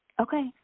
Okay